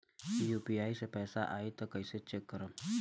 UPI से पैसा आई त कइसे चेक खरब?